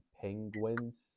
penguins